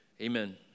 Amen